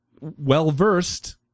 well-versed